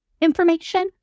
information